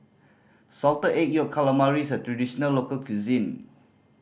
Salted Egg Yolk Calamari is a traditional local cuisine